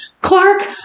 Clark